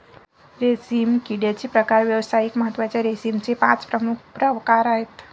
रेशीम किड्याचे प्रकार व्यावसायिक महत्त्वाच्या रेशीमचे पाच प्रमुख प्रकार आहेत